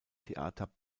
theater